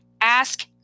Ask